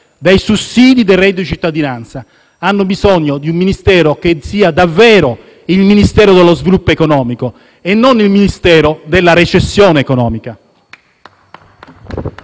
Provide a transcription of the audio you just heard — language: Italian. dai sussidi del reddito di cittadinanza. Hanno bisogno di un Ministero che sia davvero il Ministero dello sviluppo economico e non il Ministero della recessione economica.